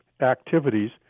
activities